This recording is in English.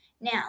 Now